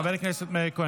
חבל למי?